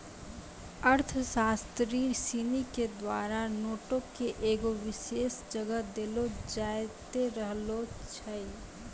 अर्थशास्त्री सिनी के द्वारा नोटो के एगो विशेष जगह देलो जैते रहलो छै